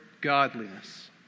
godliness